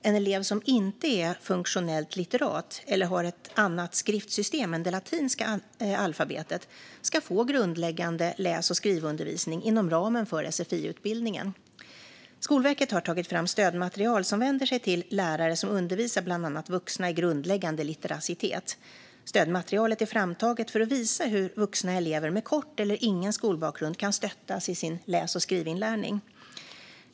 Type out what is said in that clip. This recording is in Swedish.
En elev som inte är funktionellt litterat eller har ett annat skriftsystem än det latinska alfabetet ska få grundläggande läs och skrivundervisning inom ramen för sfi-utbildningen. Skolverket har tagit fram stödmaterial som vänder sig till lärare som undervisar bland annat vuxna i grundläggande litteracitet. Stödmaterialet är framtaget för att visa hur vuxna elever med kort eller ingen skolbakgrund kan stöttas i sin läs och skrivinlärning.